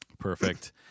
Perfect